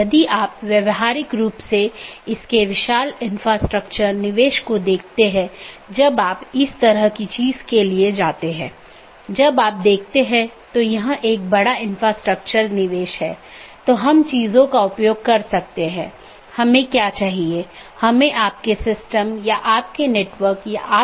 network layer की जानकारी क्या है इसमें नेटवर्क के सेट होते हैं जोकि एक टपल की लंबाई और उपसर्ग द्वारा दर्शाए जाते हैं जैसा कि 14 202 में 14 लम्बाई है और 202 उपसर्ग है और यह उदाहरण CIDR रूट है